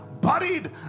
buried